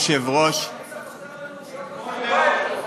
אדוני היושב-ראש, היית חסר לנו ביום ירושלים.